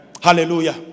Hallelujah